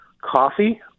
Coffee